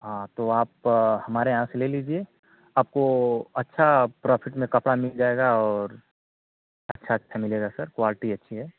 हाँ तो आप हमारे यहाँ से ले लीजिए आपको अच्छा प्राेफिट में कपड़ा मिल जाएगा और अच्छा अच्छा मिलेगा सर क्वालटी अच्छी है